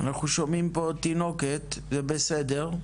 אנחנו שומעים פה תינוקת, זה בסדר,